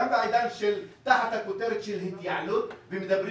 גם בעידן תחת הכותרת של התייעלות ומדברים